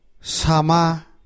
Sama